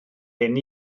hyn